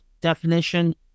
definition